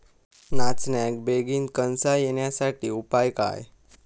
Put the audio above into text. नाचण्याक बेगीन कणसा येण्यासाठी उपाय काय?